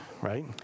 right